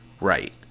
right